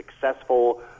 successful